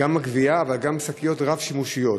גם הגבייה אבל גם שקיות רב-שימושיות.